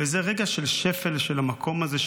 וזה רגע של שפל של המקום הזה.